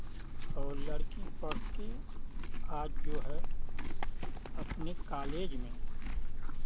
और लड़की पढ़ के आज जो है अपने कॉलेज में